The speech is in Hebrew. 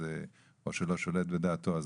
או שלא שולט בדעתו,